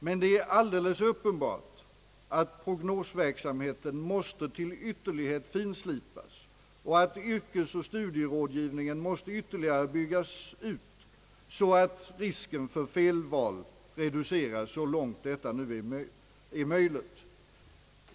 Men det är uppenbart att prognosverksamheten måste till ytterlighet finslipas och att yrkesoch studierådgivningen måste ytterligare byggas upp så att risken för felval reduceras så långt det är möjligt.